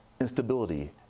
instability